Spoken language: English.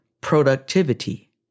productivity